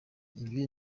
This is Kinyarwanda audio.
ibi